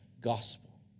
gospel